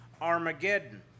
Armageddon